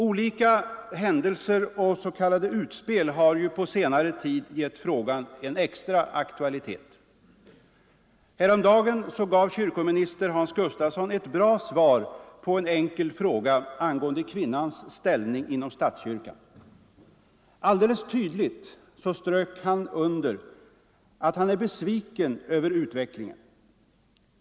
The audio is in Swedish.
Olika händelser och s.k. utspel har på senare tid givit frågan extra aktualitet. Häromdagen gav kyrkominister Hans Gustafsson ett bra svar på en enkel fråga angående kvinnans ställning inom statskyrkan. Alldeles tydligt strök statsrådet under att han är besviken över utvecklingen.